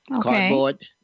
cardboard